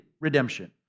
redemption